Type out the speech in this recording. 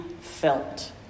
felt